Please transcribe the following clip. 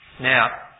Now